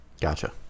Gotcha